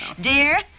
Dear